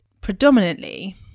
predominantly